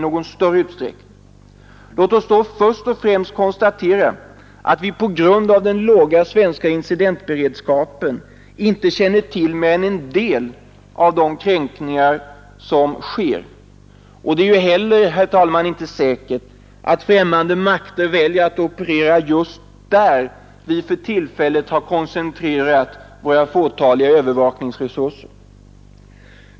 Låt oss då först och främst konstatera, att vi på grund av den låga svenska incidentberedskapen inte känner till mer än en del av de kränkningar som sker, och det är ju inte heller säkert att främmande makter väljer att operera just där vi för tillfället har koncentrerat våra fåtaliga övervakningsresurser.